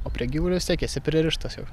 o prie gyvulio vis tiek esi pririštas jau